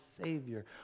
Savior